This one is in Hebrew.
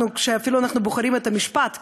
שאפילו אנחנו בוחרים את המשפט,